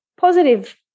positive